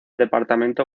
departamento